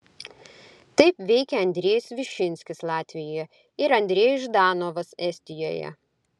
taip veikė andrejus višinskis latvijoje ir andrejus ždanovas estijoje